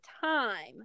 time